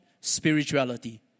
spirituality